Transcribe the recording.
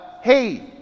hey